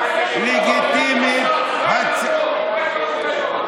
יגיע למקומות אחרים מהר מאוד, ואז מה יקרה?